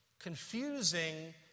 Confusing